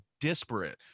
disparate